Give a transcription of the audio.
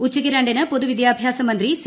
ഉച്ചക്ക് രണ്ടിന് പൊതുവിദ്യാഭ്യാസ മന്ത്രി സി